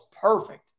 perfect